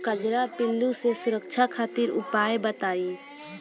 कजरा पिल्लू से सुरक्षा खातिर उपाय बताई?